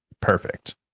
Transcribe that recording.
perfect